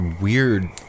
weird